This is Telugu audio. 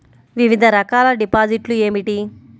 వివిధ రకాల డిపాజిట్లు ఏమిటీ?